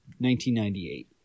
1998